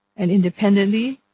and independently,